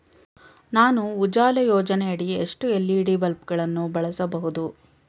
ನಾನು ಉಜಾಲ ಯೋಜನೆಯಡಿ ಎಷ್ಟು ಎಲ್.ಇ.ಡಿ ಬಲ್ಬ್ ಗಳನ್ನು ಬಳಸಬಹುದು?